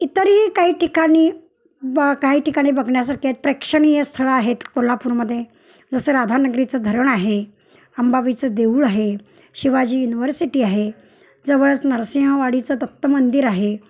इतरही काही ठिकाणी ब काही ठिकाणी बघण्यासारख्या आहेत प्रेक्षणीय स्थळं आहेत कोल्हापूरमध्ये जसं राधानगरीचं धरण आहे अंबाबाईचं देऊळ आहे शिवाजी युनिवर्सिटी आहे जवळच नृसिंहवाडीचं दत्त मंदिर आहे